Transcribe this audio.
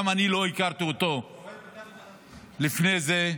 גם אני לא הכרתי אותו לפני זה.